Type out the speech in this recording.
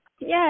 Yes